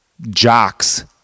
jocks